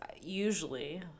usually